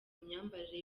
imyambarire